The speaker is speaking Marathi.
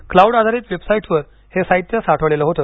क्लाऊड आधारित वेबसाई िवर हे साहित्य साठवलेले होते